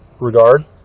regard